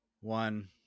one